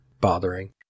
bothering